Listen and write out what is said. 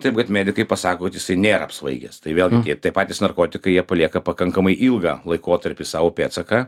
taip kad medikai pasako kad jisai nėra apsvaigęs tai vėlgi tie tie patys narkotikai jie palieka pakankamai ilgą laikotarpį savo pėdsaką